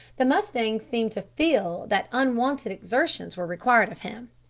the mustang seemed to feel that unwonted exertions were required of him.